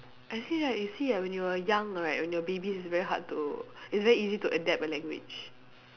actually right you see ah when you were young right when you are baby it's very hard to it's very easy to adapt a language